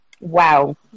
Wow